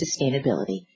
sustainability